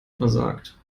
versagt